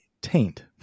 taint